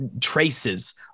traces